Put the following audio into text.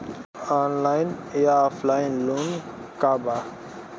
Online या offline loan का बा?